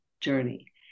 journey